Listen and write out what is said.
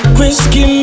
Whiskey